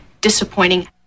disappointing